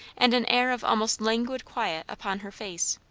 and an air of almost languid quiet upon her face.